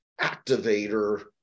activator